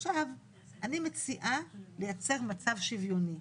אני מציעה לייצר מצב שוויוני.